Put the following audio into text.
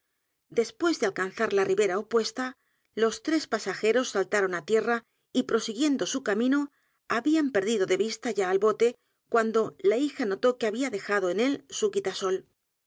después de alcanzar la ribera opuesta los t r e s pasajeros saltaron á tierra y prosiguiendo su camino habían perdido de vista ya al bote cuando la hija notó que había dejado en él su quitasol